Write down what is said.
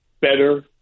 better